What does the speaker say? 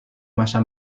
masa